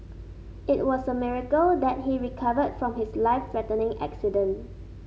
it was a miracle that he recovered from his life threatening accident